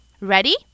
Ready